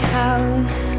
house